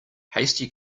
hasty